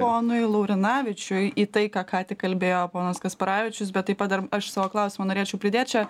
ponui laurinavičiui į tai ką ką tik kalbėjo ponas kasparavičius bet taip pat dar aš savo klausimą norėčiau pridėt čia